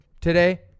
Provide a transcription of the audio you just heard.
today